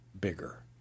bigger